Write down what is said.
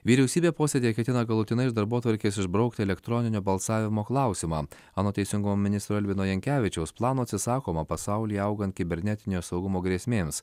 vyriausybė posėdyje ketina galutinai iš darbotvarkės išbraukti elektroninio balsavimo klausimą anot teisingumo ministro elvino jankevičiaus plano atsisakoma pasaulyje augant kibernetinio saugumo grėsmėms